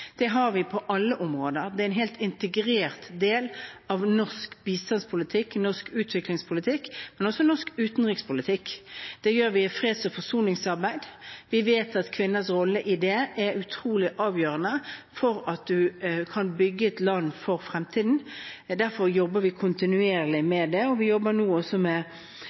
Det har vi på alle områder – det er en helt integrert del av norsk bistandspolitikk og norsk utviklingspolitikk, men også norsk utenrikspolitikk. Det gjør vi i freds- og forsoningsarbeid. Vi vet at kvinners rolle i det er utrolig avgjørende for at man kan bygge et land for fremtiden. Derfor jobber vi kontinuerlig med det, og vi jobber nå også med